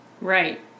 right